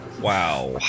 wow